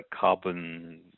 carbon